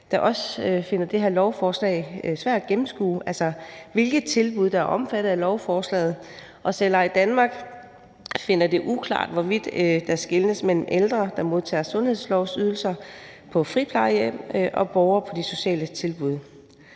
der også finder det her lovforslag svært at gennemskue – altså hvilke tilbud der er omfattet af lovforslaget. Og Selveje Danmark finder det uklart, hvorvidt der skelnes mellem ældre, der modtager sundhedsydelser på friplejehjem, og borgere på de sociale tilbud.